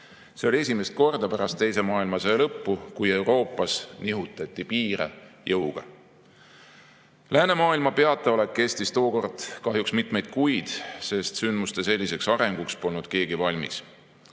See oli esimest korda pärast teise maailmasõja lõppu, kui Euroopas nihutati piire jõuga. Läänemaailma peataolek kestis tookord kahjuks mitmeid kuid, sest sündmuste selliseks arenguks polnud keegi valmis.